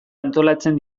antolatzen